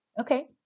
Okay